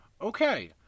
Okay